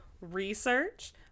research